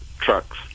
trucks